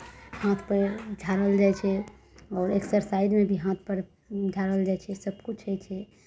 हाथ पैर झाड़ल जाइ छै आओर एक्सरसाइजमे भी हाथ पैर झाड़ल जाइ छै सभकिछु होइ छै